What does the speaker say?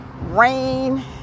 rain